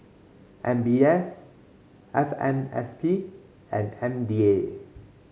M B S F M S P and M D A